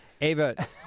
Ava